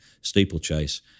steeplechase